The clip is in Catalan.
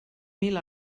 mil